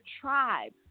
tribe